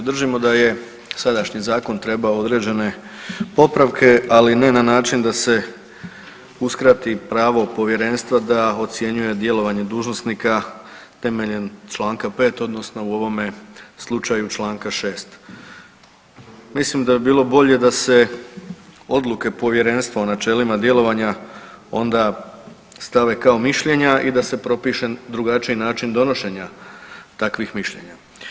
Držimo da je sadašnji zakon trebao određene popravke, ali ne na način da se uskrati pravo Povjerenstva da ocjenjuje djelovanje dužnosnika temeljem članka 5. odnosno u ovom slučaju članka 6. Mislim da bi bilo bolje da se odluke Povjerenstva o načelima djelovanja onda stave kao mišljenja i da se propiše drugačiji način donošenja takvih mišljenja.